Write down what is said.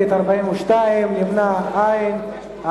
בעד, 20, נגד, 42, נמנעים, אין.